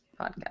podcast